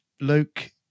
luke